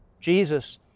Jesus